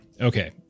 Okay